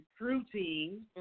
recruiting